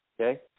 Okay